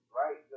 right